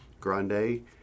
Grande